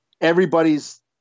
everybody's